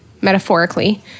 metaphorically